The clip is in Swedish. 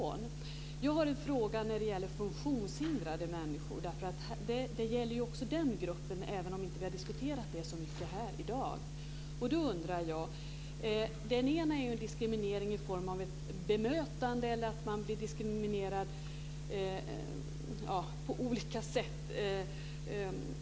Jag har en fråga som gäller funktionshindrade människor. Detta gäller ju även den gruppen, även om vi inte har diskuterat det så mycket här i dag. Det handlar om ett diskriminerande bemötande och om tillgänglighet på olika sätt.